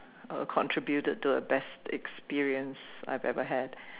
a contributed to a best experience I've ever had